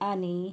आणि